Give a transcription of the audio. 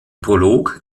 prolog